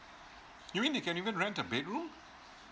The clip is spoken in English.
you mean you can even rent a bedroom